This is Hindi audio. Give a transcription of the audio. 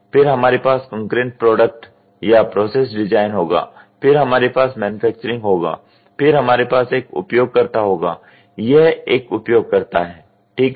फिर हमारे पास कंकरेंट प्रोडक्ट या प्रोसेस डिजाइन होगा फिर हमारे पास मैन्युफैक्चरिंग होगा फिर हमारे पास एक उपयोगकर्ता होगा यह एक उपयोगकर्ता है ठीक है